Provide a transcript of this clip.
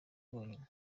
rwonyine